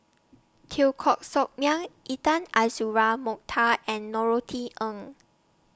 Teo Koh Sock Miang Intan Azura Mokhtar and Norothy Ng